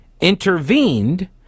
intervened